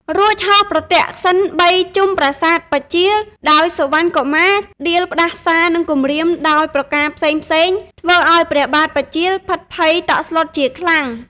រួចហោះប្រទក្សិណបីជុំប្រាសាទបញ្ចាល៍ ដោយសុវណ្ណកុមារដៀលផ្តាសារ និងគំរាមដោយប្រការផ្សេងៗ ធ្វើឱ្យព្រះបាទបញ្ចាល៍ភិតភ័យតក់ស្លុតជាខ្លាំង។